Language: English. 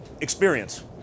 experience